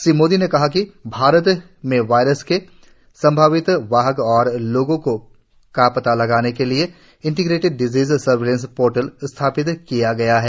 श्री मोदी ने कहा कि भारत में वायरस के संभावित वाहक और लोगोंका पता लगाने के लिए इंटीग्रेटिड डिसीज सर्विलेंस पोर्टल स्थापित किया गया है